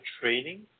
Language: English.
training